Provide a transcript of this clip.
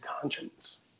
conscience